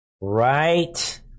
Right